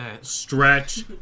stretch